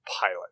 pilot